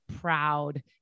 proud